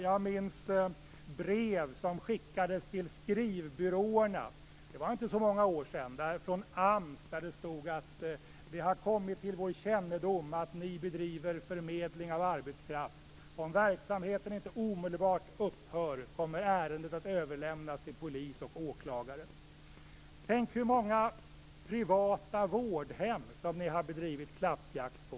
Jag minns brev som skickades till skrivbyråerna från AMS - det var inte så många år sedan - där det stod: Det har kommit till vår kännedom att ni bedriver förmedling av arbetskraft. Om verksamheten inte omedelbart upphör kommer ärendet att överlämnas till polis och åklagare. Tänk hur många privata vårdhem som ni har bedrivit klappjakt på!